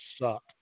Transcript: suck